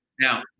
now